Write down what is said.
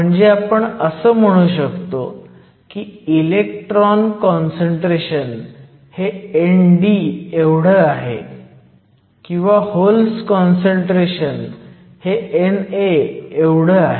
म्हणजे आपण असं म्हणू शकतो की इलेक्ट्रॉन काँसंट्रेशन हे ND एवढं आहे किंवा होल्स काँसंट्रेशन हे NA एवढं आहे